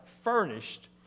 furnished